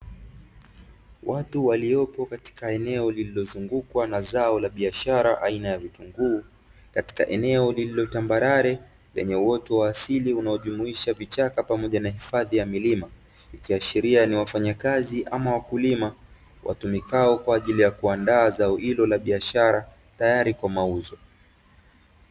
Watu waliopo katika eneo lililozungukwa na zao la biashara aina ya vitunguu katika eneo lililo tambarale lenye uoto wa asili unaojumuisha vichaka pamoja na hifadhi ya milima ikiashiria ni wafanyakazi ama wakulima watumikao kwa ajili ya kuandaa zao hilo la biashara tayari kwa mauzo.